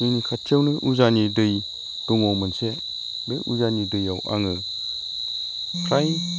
जोंनि खाथियावनो उजानि दै दङ मोनसे बे उजानि दैयाव आङो फ्राय